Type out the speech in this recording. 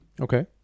Okay